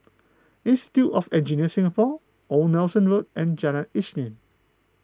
Institute of Engineers Singapore Old Nelson Road and Jalan Isnin